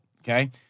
okay